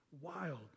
wild